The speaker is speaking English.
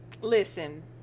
listen